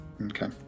okay